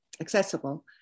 accessible